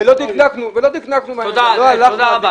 תודה רבה.